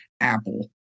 Apple